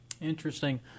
Interesting